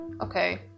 okay